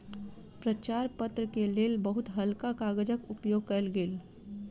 प्रचार पत्र के लेल बहुत हल्का कागजक उपयोग कयल गेल